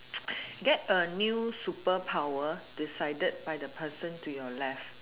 get a new superpower decided by the person to your left